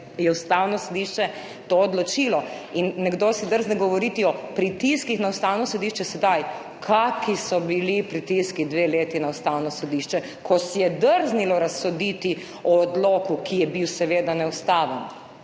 je Ustavno sodišče to odločilo. In nekdo si drzne govoriti o sedanjih pritiskih na Ustavno sodišče. Kakšni so bili pritiski dve leti na Ustavno sodišče, ko si je drznilo razsoditi o odloku, ki je bil seveda neustaven?